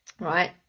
right